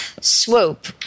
swoop